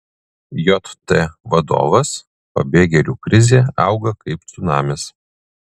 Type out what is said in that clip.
jt vadovas pabėgėlių krizė auga kaip cunamis